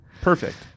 Perfect